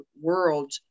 world